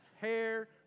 Hair